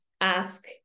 ask